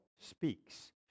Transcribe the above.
speaks